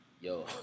yo